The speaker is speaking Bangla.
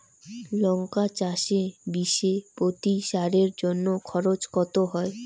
লঙ্কা চাষে বিষে প্রতি সারের জন্য খরচ কত হয়?